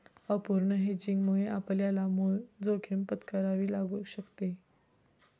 अपूर्ण हेजिंगमुळे आपल्याला मूळ जोखीम पत्करावी लागू शकते